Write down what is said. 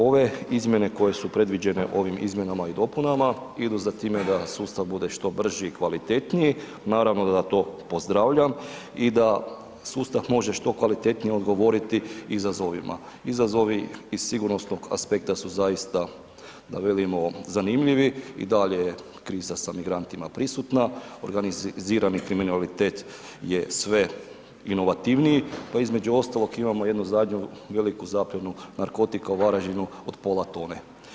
Ove izmjene koje su predviđene ovim izmjenama i dopunama idu za time da sustav bude što brži i kvalitetniji, naravno da to pozdravljam i da sustav može što kvalitetnije odgovoriti izazovima, izazovi iz sigurnosnog aspekta su zaista, da velimo, zanimljivo i dalje je kriza sa migrantima prisutna, organizirani kriminalitet je sve inovativniji, pa između ostalog imamo jednu zadnju veliku zapljenu narkotika u Varaždinu od pola tone.